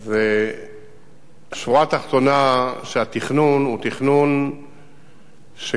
אז השורה התחתונה היא שהתכנון הוא תכנון שקיים.